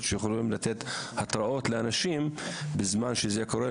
שיכולות לתת התרעות לאנשים בזמן שזה קורה,